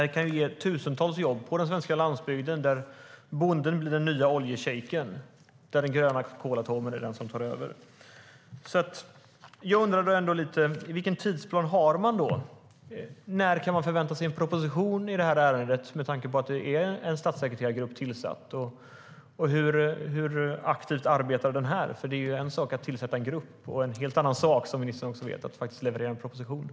Det kan ge tusentals jobb på den svenska landsbygden där bonden blir den nya oljeshejken och den gröna kolatomen tar över.